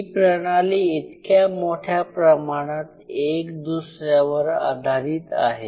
ही प्रणाली इतक्या मोठ्या प्रमाणात एक दुसऱ्या वर आधारित आहे